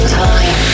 time